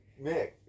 Mick